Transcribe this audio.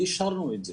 ואישרנו את זה.